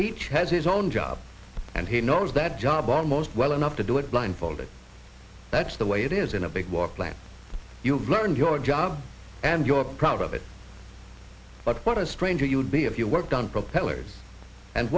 each has his own job and he knows that job almost well enough to do it blindfolded that's the way it is in a big war plant you learned your job and your proud of it but what a stranger you would be if you worked on propellers and